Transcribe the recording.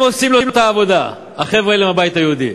הם עושים לו את העבודה, החבר'ה האלה מהבית היהודי.